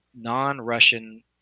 non-Russian